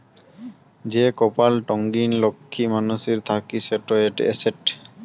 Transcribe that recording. যে কপাল টঙ্নি লক্ষী মানসির থাকি সেটো এসেট